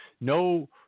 No